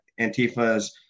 Antifa's